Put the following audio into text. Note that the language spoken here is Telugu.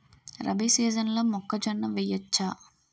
రబీ సీజన్లో మొక్కజొన్న వెయ్యచ్చా?